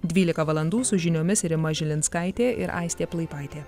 dvylika valandų su žiniomis rima žilinskaitė ir aistė plaipaitė